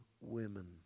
women